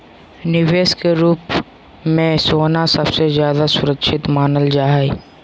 निवेश के रूप मे सोना सबसे ज्यादा सुरक्षित मानल जा हय